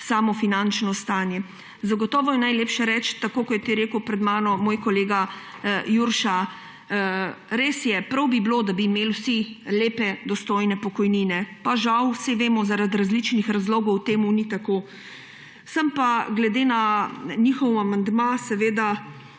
samo finančno stanje. Zagotovo je najlepše reči, tako kot je rekel pred mano moj kolega Jurša, res je, prav bi bilo, da bi imeli vsi lepe, dostojne pokojnine; pa žal vsi vemo, da zaradi različnih razlogov temu ni tako. Sem pa glede na njihov amandma seveda